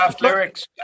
lyrics